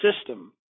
system